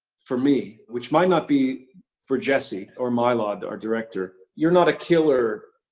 for me, which might not be for jesse or mylod, our director. you're not a killer,